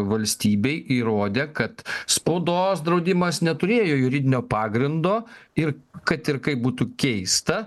valstybei įrodė kad spaudos draudimas neturėjo juridinio pagrindo ir kad ir kaip būtų keista